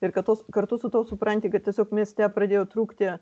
ir kad tos kartu su tuo supranti kad tiesiog mieste pradėjo trūkti